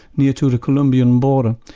near to to colombian border.